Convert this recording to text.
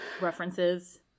references